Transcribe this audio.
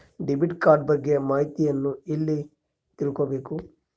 Debit card ಬಗ್ಗೆ ಮಾಹಿತಿಯನ್ನ ಎಲ್ಲಿ ತಿಳ್ಕೊಬೇಕು?